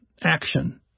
action